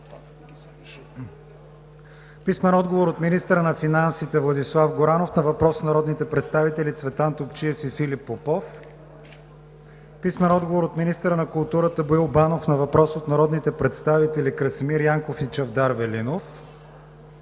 Динков; - министъра на финансите Владислав Горанов на въпрос от народните представители Цветан Топчиев и Филип Попов; - министъра на културата Боил Банов на въпрос от народните представители Красимир Янков и Чавдар Велинов;